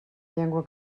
llengua